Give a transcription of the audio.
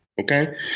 Okay